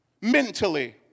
mentally